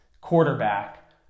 quarterback